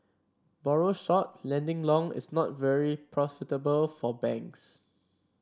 borrow short lending long is not very profitable for banks